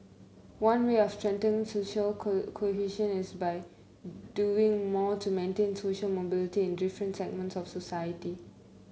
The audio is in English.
one way of strengthening societal cohesion is by doing more to maintain social mobility in different segments of society